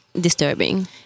disturbing